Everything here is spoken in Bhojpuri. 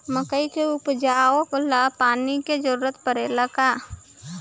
मकई के उपजाव ला पानी के जरूरत परेला का?